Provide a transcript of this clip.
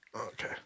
Okay